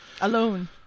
alone